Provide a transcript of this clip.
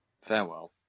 Farewell